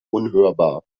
unhörbar